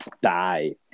die